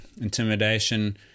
intimidation